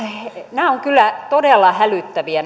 nämä tulokset ovat kyllä todella hälyttäviä